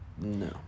no